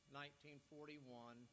1941